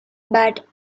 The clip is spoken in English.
but